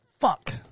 Fuck